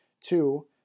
Two